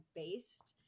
based